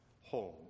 home